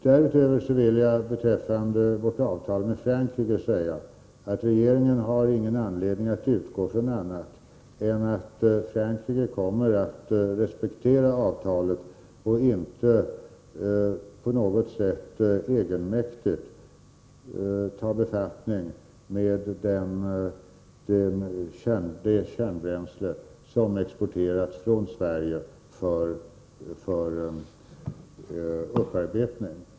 Därutöver vill jag beträffande vårt avtal med Frankrike säga att regeringen inte har någon anledning att utgå från annat än Om svenska medie" att Frankrike kommer att respektera avtalet och inte på något sätt biståndsinsalser egenmäktigt tar befattning med det kärnbränsle som exporteras från Sverige för upparbetning.